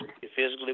physically